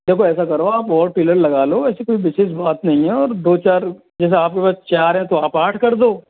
देखो ऐसा करो आप और टेलर लगा लो ऐसी कोई विशेष बात नही है और दो चार जैसे आपके पास चार हैं तो आप आठ कर दो